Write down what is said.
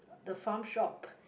the farm shop